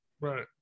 Right